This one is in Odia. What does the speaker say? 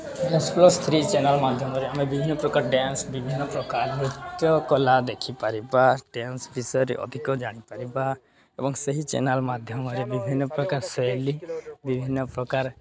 ଡ୍ୟାନ୍ସ ପ୍ଲସ୍ ଥ୍ରୀ ଚ୍ୟାନେଲ୍ ମାଧ୍ୟମରେ ଆମେ ବିଭିନ୍ନ ପ୍ରକାର ଡ୍ୟାନ୍ସ ବିଭିନ୍ନ ପ୍ରକାର ନୃତ୍ୟ କଲା ଦେଖିପାରିବା ଡ୍ୟାନ୍ସ ବିଷୟରେ ଅଧିକ ଜାଣିପାରିବା ଏବଂ ସେହି ଚ୍ୟାନେଲ୍ ମାଧ୍ୟମରେ ବିଭିନ୍ନ ପ୍ରକାର ଶୈଲି ବିଭିନ୍ନ ପ୍ରକାର